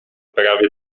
prawie